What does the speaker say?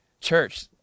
Church